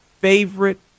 favorite